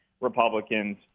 Republicans